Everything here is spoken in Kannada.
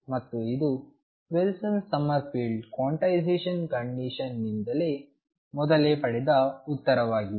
ಮತ್ತು ಇದು ವಿಲ್ಸನ್ ಸಮ್ಮರ್ಫೀಲ್ಡ್ ಕ್ವಾಂಟೈಸೇಶನ್ ಕಂಡೀಶನ್ನಿಂದ ಮೊದಲೇ ಪಡೆದ ಉತ್ತರವಾಗಿದೆ